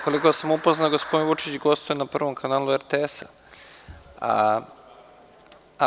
Koliko sam upoznat, gospodin Vučić gostuje na prvom kanalu RTS-a.